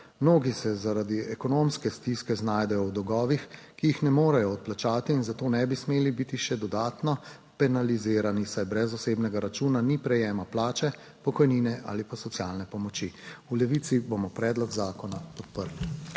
Mnogi se zaradi ekonomske stiske znajdejo v dolgovih, ki jih ne morejo odplačati in zato ne bi smeli biti še dodatno penalizirani, saj brez osebnega računa ni prejema plače. Pokojnine ali pa socialne pomoči. V Levici bomo predlog zakona podprli.